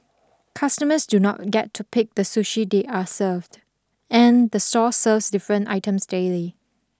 customers do not get to pick the sushi they are served and the store serves different items daily